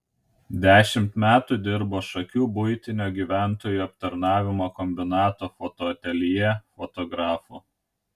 dešimt metų dirbo šakių buitinio gyventojų aptarnavimo kombinato fotoateljė fotografu